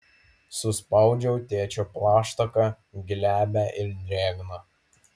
suspaudžiau tėčio plaštaką glebią ir drėgną